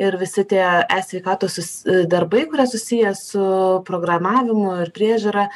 ir visi tie e sveikatos darbai kurie susiję su programavimu ir priežiūra